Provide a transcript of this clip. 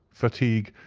fatigue,